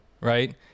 right